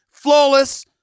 Flawless